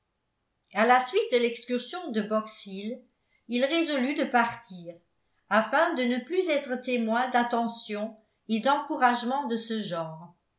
à la suite de l'excursion de box hill il résolut de partir afin de ne plus être témoin d'attentions et d'encouragements de ce genre